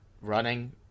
running